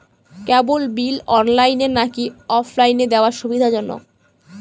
কেবল bill অনলাইনে নাকি অফলাইনে দেওয়া সুবিধাজনক?